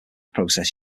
process